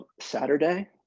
Saturday